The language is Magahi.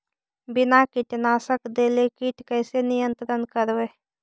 बिना कीटनाशक देले किट कैसे नियंत्रन करबै?